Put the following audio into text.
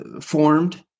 formed